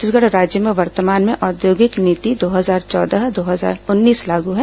छत्तीसगढ़ राज्य में वर्तमान में औद्योगिक नीति दो हजार चौदह दो हजार उन्नीस लागू है